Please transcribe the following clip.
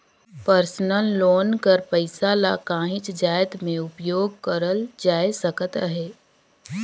personal loan कर पइसा ल काहींच जाएत में उपयोग करल जाए सकत अहे